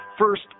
First